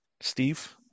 Steve